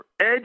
edge